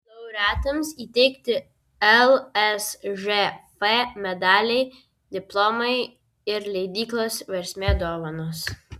laureatams įteikti lsžf medaliai diplomai ir leidyklos versmė dovanos